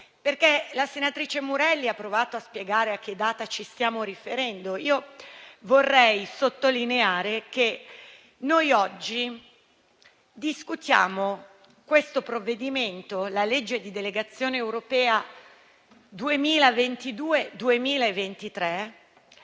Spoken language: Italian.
La senatrice Murelli ha provato a spiegare a che data ci stiamo riferendo e vorrei sottolineare che oggi discutiamo un provvedimento, la legge di delegazione europea 2022-2023,